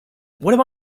what